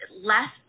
less